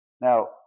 Now